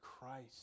Christ